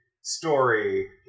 story